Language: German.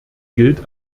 gilt